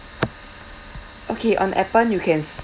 okay on appen you can